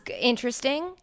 interesting